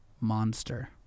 monster